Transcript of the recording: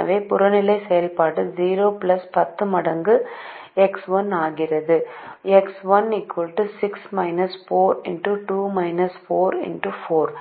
எனவே புறநிலை செயல்பாடு 0 10 மடங்கு X1 ஆகிறது X 1 6−4 X2−4 X 4